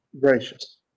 gracious